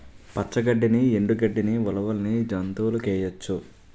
పచ్చ గడ్డిని ఎండు గడ్డని ఉలవల్ని జంతువులకేయొచ్చు